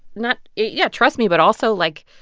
not yeah, trust me. but also, like,